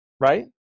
right